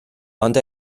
ond